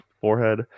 forehead